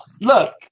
look